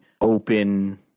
open